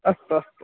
अस्तु अस्तु